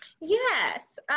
Yes